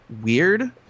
weird